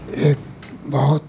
एक बहुत